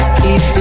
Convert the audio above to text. keep